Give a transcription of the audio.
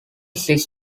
six